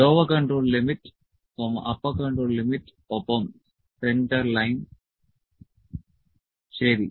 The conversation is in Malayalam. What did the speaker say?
lower control limit upper control limit ഒപ്പം സെന്റർലൈൻ ശരി